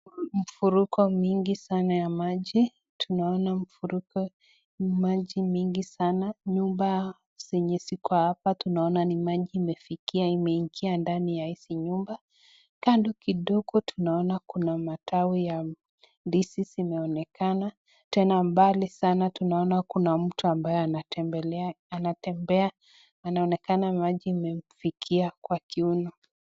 Mfuruko mwingi sana ya maji, tunaona mfuruko maji mingi sana. Nyumba zenye ziko hapa tunaona ni maji imefikia, imeingia ndani ya hizi nyumba. Kando kidogo tunaona kuna matawi ya ndizi zimeonekana. Tena mbali sana tunaona kuna mtu ambaye anatembelea, anatembea, anaonekana maji imemfikia kwa kiuno.